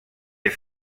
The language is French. est